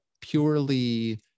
purely